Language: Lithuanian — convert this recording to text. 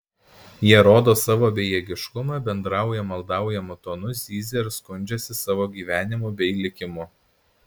jie rodo savo bejėgiškumą bendrauja maldaujamu tonu zyzia ir skundžiasi savo gyvenimu bei likimu